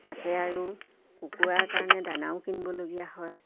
তাকে আৰু কুকুৰাৰ কাৰণে দানাও কিনিবলগীয়া হয়